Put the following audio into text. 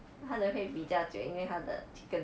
他的会比较久因为他的 chicken